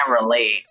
relate